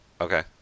Okay